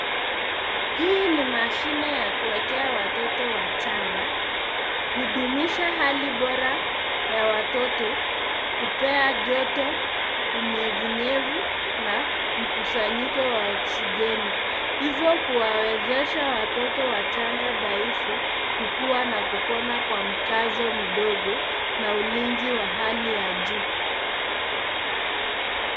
Hii ni mashine ya kuwekea watoto wachanga, hudumisha hali bora ya watoto, kupea joto, unyevunyevu na mkusanyiko wa oksijeni, hivyo kuwawezesha watoto wachanga dhaifu, kukua na kupona kwa mkazo mdogo na ulinzi wa hali ya juu.